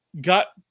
got